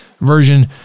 version